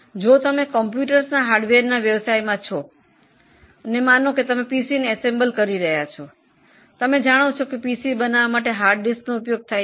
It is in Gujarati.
ધારો કે તમે કમ્પ્યુટર્સના હાર્ડવેરના વ્યવસાયમાં છો અને તમે પીસીને એસેમ્બલ કરી રહ્યાં છો તો તમે જાણો છો કે પીસી બનાવવા માટે હાર્ડ ડિસ્કનો ઉપયોગ થાય છે